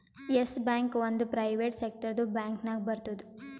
S Bank ಒಂದ್ ಪ್ರೈವೇಟ್ ಸೆಕ್ಟರ್ದು ಬ್ಯಾಂಕ್ ನಾಗ್ ಬರ್ತುದ್